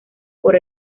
por